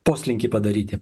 poslinkį padaryti